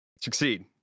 Succeed